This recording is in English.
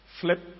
Flip